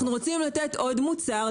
אנחנו רוצים לתת עוד מוצר,